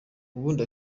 ubundi